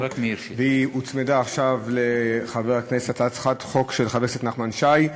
והיא הוצמדה עכשיו להצעת החוק של חבר הכנסת נחמן שי.